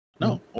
No